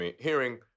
hearing